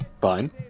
Fine